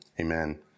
amen